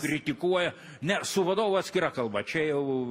kritikuoja ne su vadovu atskira kalba čia jau